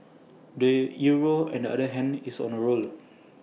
the euro on the other hand is on A roll